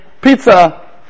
pizza